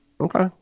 Okay